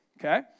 Okay